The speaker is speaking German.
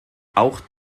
auch